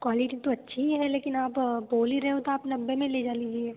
quality तो अच्छी ही है लेकिन आप बोल ही रहे हो तो आप नब्बे में लेजा लीजिए